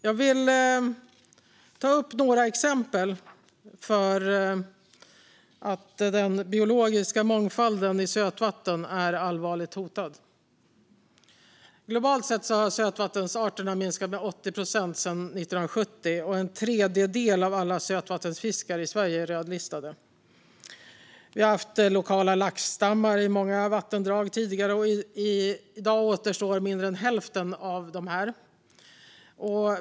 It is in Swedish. Jag vill ta upp några exempel för att visa att den biologiska mångfalden i sötvatten är allvarligt hotad. Globalt sett har sötvattensarterna minskat med 80 procent sedan 1970, och en tredjedel av alla sötvattensfiskar i Sverige är rödlistade. Vi har haft lokala laxstammar i många vattendrag tidigare. I dag återstår mindre än hälften av dem.